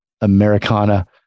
Americana